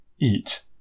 eat